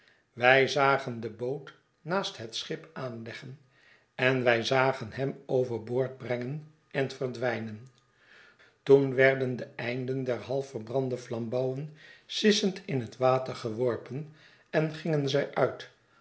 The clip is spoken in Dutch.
wij zagen de boot naast het schip aanleggen en wij zagen hem over boord brengen en verdwijnen toen werden de einden der half verbrande flambouwen sissend in het water geworpen en gingen zij uit